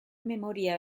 memoria